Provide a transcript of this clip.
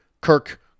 Kirk